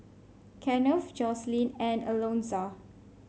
Kennth Jocelyn and Alonza